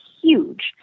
huge